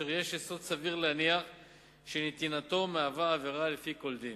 אשר יש יסוד סביר להניח שנתינתו מהווה עבירה לפי כל דין,